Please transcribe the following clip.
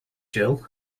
jill